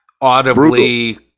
audibly